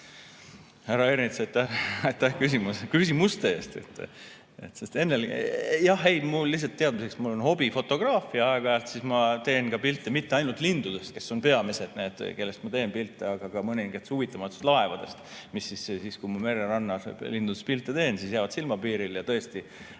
Härra Ernits, aitäh küsimuste eest! Jah, lihtsalt teadmiseks, ma olen hobifotograaf ja aeg-ajalt ma teen ka pilte mitte ainult lindudest, kes on peamised, kellest ma teen pilte, aga ka mõningatest huvitavatest laevadest, mis siis, kui ma mererannas lindudest pilte teen, siis jäävad silmapiirile. Ja tõesti